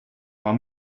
man